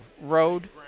road